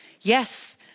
Yes